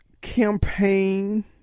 campaign